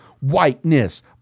Whiteness